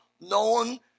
known